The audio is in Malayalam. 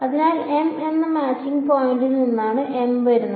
അതിനാൽ m എന്ന മാച്ചിംഗ് പോയിന്റിൽ നിന്നാണ് m വരുന്നത്